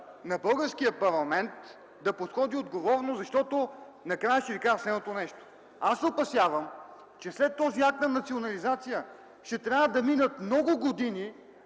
на българския парламент да подходи отговорно, защото накрая ще ви кажа следното нещо: аз се опасявам, че след този акт на национализация ще трябва да минат много години,